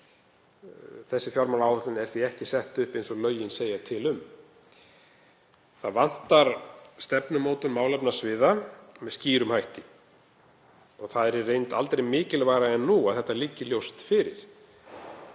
Þessi fjármálaáætlun er því ekki sett upp eins og lögin segja til um. Það vantar stefnumótun málefnasviða með skýrum hætti. Það er í reynd aldrei mikilvægara en nú að þetta liggi ljóst fyrir.